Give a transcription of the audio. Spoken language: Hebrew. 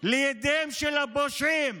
לידיהם של הפושעים,